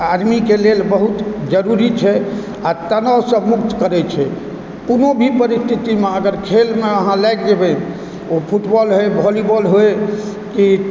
आदमीके लेल बहुत जरूरी छै आओर तनावसँ मुक्त करै छै कोनो भी परिस्थितिमे अगर खेलमे अहाँ लागि जेबै फुटबॉल होइ वॉलीबॉल होइ